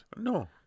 no